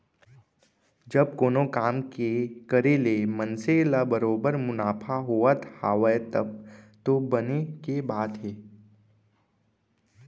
जब कोनो काम के करे ले मनसे ल बरोबर मुनाफा होवत हावय तब तो बने के बात हे